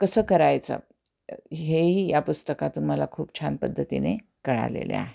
कसं करायचं हेही या पुस्तकातून मला खूप छान पद्धतीने कळालेले आहे